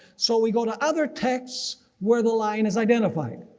so we go to other texts where the line is identified.